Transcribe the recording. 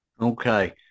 Okay